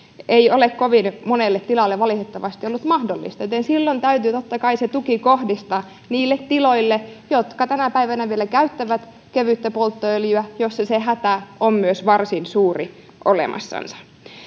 ei ole kovin monelle tilalle valitettavasti ollut mahdollista joten silloin täytyy totta kai se tuki kohdistaa niille tiloille jotka tänä päivänä vielä käyttävät kevyttä polttoöljyä joilla se hätä on myös varsin suuri olemassansa